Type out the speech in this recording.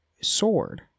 sword